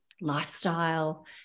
lifestyle